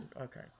Okay